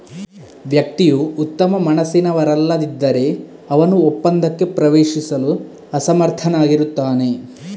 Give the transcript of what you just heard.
ವ್ಯಕ್ತಿಯು ಉತ್ತಮ ಮನಸ್ಸಿನವರಲ್ಲದಿದ್ದರೆ, ಅವನು ಒಪ್ಪಂದಕ್ಕೆ ಪ್ರವೇಶಿಸಲು ಅಸಮರ್ಥನಾಗಿರುತ್ತಾನೆ